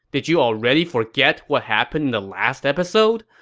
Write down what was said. did you already forget what happened in the last episode?